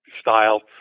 style